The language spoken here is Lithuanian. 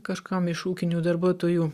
kažkam iš ūkinių darbuotojų